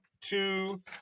two